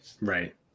Right